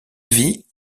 vie